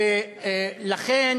גברתי היושבת-ראש,